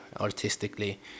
artistically